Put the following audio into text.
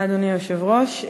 אדוני היושב-ראש,